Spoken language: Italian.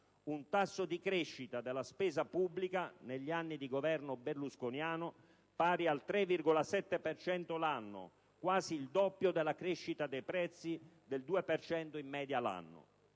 un tasso di crescita della spesa pubblica negli anni di Governo berlusconiano pari al 3,7 per cento l'anno, quasi il doppio della crescita dei prezzi, che è del 2 per cento in media l'anno.